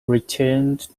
returned